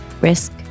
risk